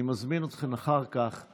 אני מזמין אתכן אחר כך,